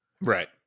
Right